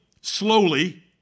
slowly